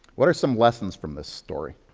what are some lessons from this story?